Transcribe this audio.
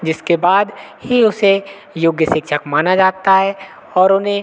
जिसके बाद ही उसे योग्य शिक्षक माना जाता है और उन्हें